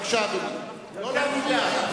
בבקשה, אדוני.